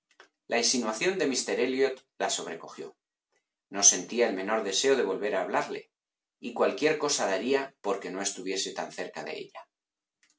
la insinuación de míster elliot la sobrecogió no sentía el menor deseo de volver a hablarle y cualquier cosa daría por que no estuviese tan cei ca de ella